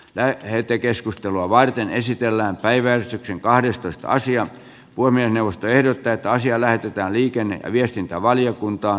lähetekeskustelua varten esitellään päiväys kahdestoista asiat puhemiesneuvosto ehdottaa että asia lähetetään liikenne ja viestintävaliokuntaan